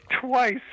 twice